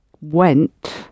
went